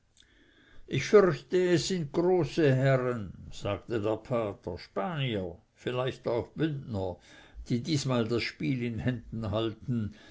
ich fürchte es sind große herren sagte der pater spanier vielleicht auch bündner die diesmal das spiel in händen halten